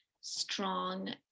strong